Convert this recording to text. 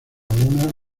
algunas